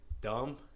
dumb